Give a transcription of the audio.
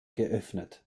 geöffnet